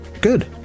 Good